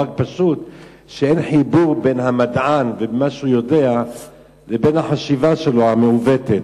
רק פשוט אין חיבור בין המדען ומה שהוא יודע לבין החשיבה שלו המעוותת.